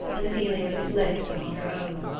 and the feeling of his lips upon her own.